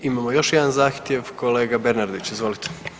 I imamo još jedan zahtjev, kolega Bernardić, izvolite.